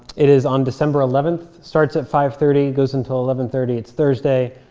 it is on december eleven, starts at five thirty, goes until eleven thirty. it's thursday,